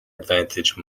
advantage